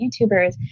YouTubers